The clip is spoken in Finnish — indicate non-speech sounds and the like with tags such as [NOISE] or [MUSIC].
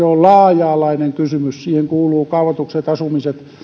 [UNINTELLIGIBLE] on laaja alainen kysymys siihen kuuluvat kaavoitukset asumiset